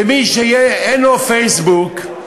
ומי שאין לו פייסבוק,